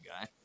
guy